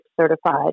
certified